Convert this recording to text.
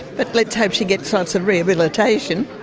but let's hope she gets lots of rehabilitation.